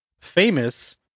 Famous